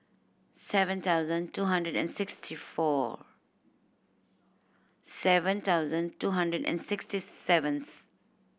seven thousand two hundred and sixty four seven thousand two hundred and sixty seventh